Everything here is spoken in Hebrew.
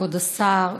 כבוד השר,